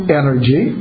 energy